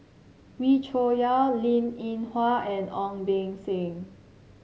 Wee Cho Yaw Linn In Hua and Ong Beng Seng